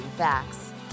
facts